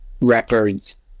records